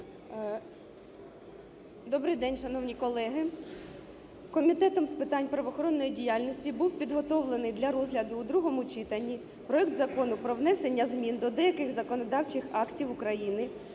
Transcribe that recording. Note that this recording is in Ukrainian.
Добрий день, шановні колеги! Комітетом з питань правоохоронної діяльності був підготовлений для розгляду у другому читанні проект Закону про внесення змін до деяких законодавчих актів України